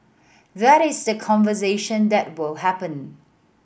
that is the conversation that will happen